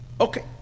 Okay